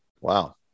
Wow